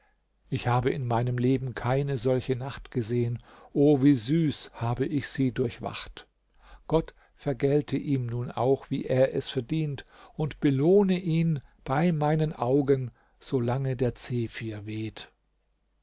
ich habe in meinem leben keine solche nacht gesehen o wie süß habe ich sie durchwacht gott vergelte ihm nun auch wie er es verdient und belohne ihn bei meinen augen solange der zephyr weht